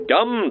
Gum